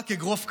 רק אגרוף קמוץ.